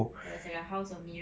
that was like a house of mirrors